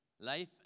Life